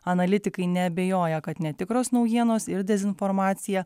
analitikai neabejoja kad netikros naujienos ir dezinformacija